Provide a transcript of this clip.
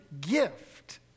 gift